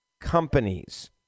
companies